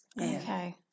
Okay